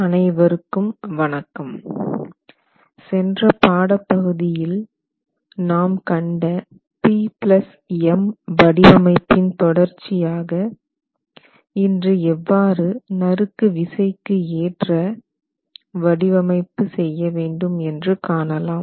அனைவருக்கும் வணக்கம் சென்ற பாடப்பகுதியில் நாம் கண்ட PM வடிவமைப்பின் தொடர்ச்சி ஆக இன்று எவ்வாறு நறுக்கு விசைக்கு ஏற்ற வடிவமைப்பு செய்ய வேண்டும் என்று காணலாம்